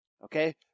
Okay